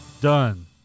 done